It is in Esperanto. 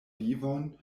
vivon